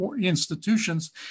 institutions